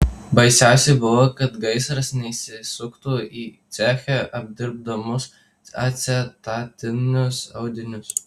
baisiausia buvo kad gaisras neįsisuktų į ceche apdirbamus acetatinius audinius